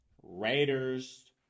Raiders